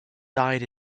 died